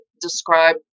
describe